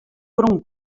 grûn